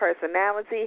personality